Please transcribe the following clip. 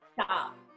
stop